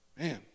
man